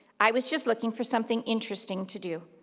i was just looking for something interesting to do.